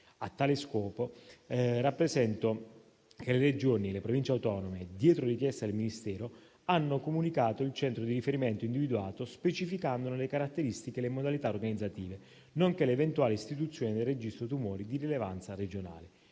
A tale scopo, rappresento che le Regioni e le Province autonome, dietro richiesta del Ministero, hanno comunicato il centro di riferimento individuato, specificandone le caratteristiche e le modalità organizzative, nonché l'eventuale istituzione del registro tumori di rilevanza regionale.